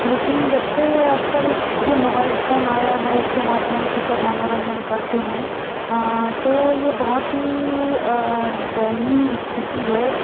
लेकिन जब से आजकल ये मोबाइल फोन आया है इसके माध्यम से सब मनोरंजन करते हैं तो ये बहुत ही दयनीय स्थिति है